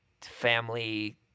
family